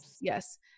Yes